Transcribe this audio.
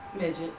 Midget